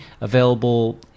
available